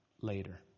later